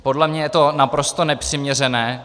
Podle mě je to naprosto nepřiměřené.